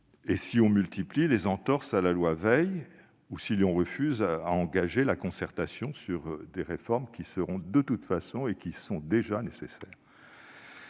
si on multiplie les entorses à la loi Veil et si on se refuse à engager la concertation sur des réformes qui seront, et sont déjà nécessaires ?